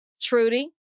Trudy